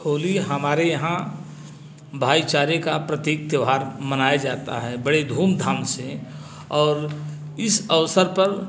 होली हमारे यहाँ भाईचारे का प्रतीक त्यौहार मनाए जाता है बड़े धूमधाम से और इस अवसर पर